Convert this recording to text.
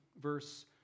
verse